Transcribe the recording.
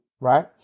right